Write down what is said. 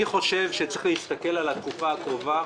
אני חושב שצריך להסתכל על התקופה הקרובה,